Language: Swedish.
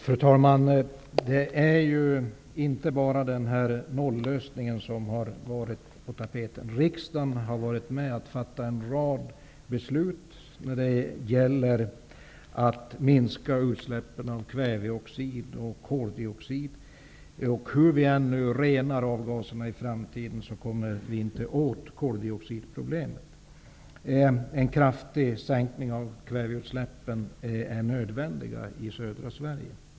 Fru talman! Det är inte bara en noll-lösning som har varit på tapeten. Riksdagen har varit med om att fatta en rad beslut som gäller att man skall minska utsläppen av kväveoxid och koldioxid. Hur vi än renar avgaserna i framtiden så kommer vi inte åt problemet med koldioxid. Det är nödvändigt med en kraftig minskning av kväveutsläppen i södra Sverige.